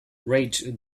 rate